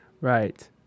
Right